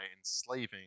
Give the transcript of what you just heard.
enslaving